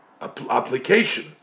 application